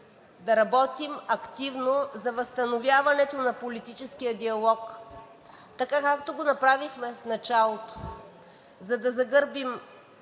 да работим активно за възстановяването на политическия диалог, така както го направихме в началото, за да загърбим